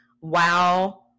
Wow